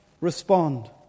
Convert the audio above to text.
respond